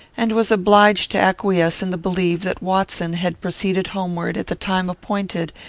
and was obliged to acquiesce in the belief that watson had proceeded homeward at the time appointed,